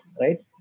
right